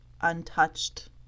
untouched